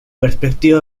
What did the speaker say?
perspectiva